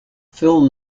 phil